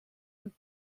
und